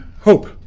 hope